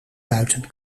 buiten